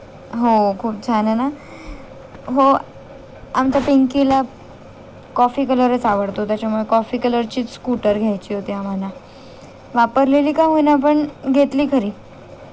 हो खूप छान आहे ना हो आमच्या पिंकीला कॉफी कलरच आवडतो त्याच्यामुळे कॉफी कलरचीच स्कूटर घ्यायची होती आम्हाला वापरलेली का होईना पण घेतली खरी